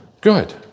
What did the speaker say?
good